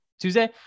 tuesday